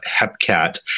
Hepcat